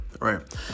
Right